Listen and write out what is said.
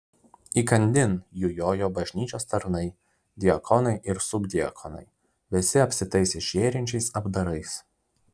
įkandin jų jojo bažnyčios tarnai diakonai ir subdiakonai visi apsitaisę žėrinčiais apdarais